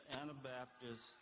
Anabaptists